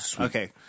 okay